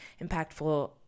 impactful